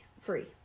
free